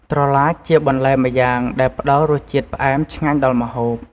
ត្រឡាចជាបន្លែម្យ៉ាងដែលផ្ដល់រសជាតិផ្អែមឆ្ងាញ់ដល់ម្ហូប។